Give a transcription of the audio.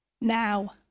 Now